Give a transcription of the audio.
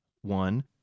one